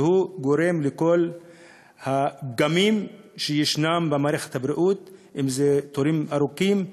שגורם לכל הפגמים במערכת הבריאות: אם זה תורים ארוכים,